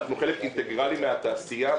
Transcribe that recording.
אנחנו חלק אינטגרלי מהתעשייה,